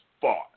fought